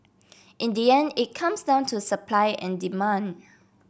in the end it comes down to supply and demand